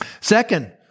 Second